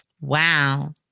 Wow